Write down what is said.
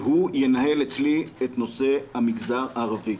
שהוא ינהל אצלי את נושא המגזר הערבי.